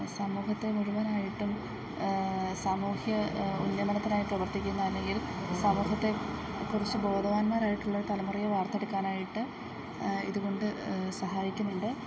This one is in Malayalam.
സമൂഹത്തെ മുഴുവനായിട്ടും സാമൂഹ്യ ഉന്നമനത്തിനായി പ്രവർത്തിക്കുന്ന അല്ലെങ്കിൽ സമൂഹത്തെ കുറിച്ച് ബോധവാന്മാരായിട്ടുള്ള തലമുറയെ വാർത്തെടുക്കാനായിട്ട് ഇതു കൊണ്ട് സഹായിക്കുന്നുണ്ട്